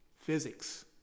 physics